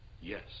Yes